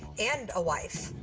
and a wife.